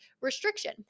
restriction